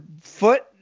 foot